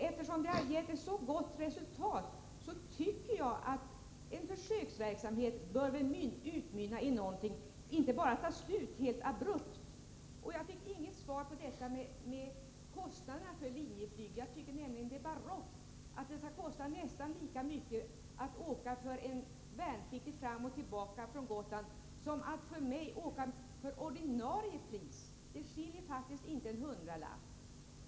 Eftersom den har gett ett så gott resultat, tycker jag att försöksverksamheten bör utmynna i någonting, inte bara ta slut helt abrupt. Jag fick inget svar på frågan om kostnaderna för Linjeflyg. Jag tycker nämligen att det är barockt att det skall kosta nästan lika mycket för en värnpliktig att åka fram och tillbaka från Gotland som det gör för mig att åka för ordinarie pris. Det skiljer faktiskt inte en hundralapp.